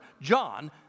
John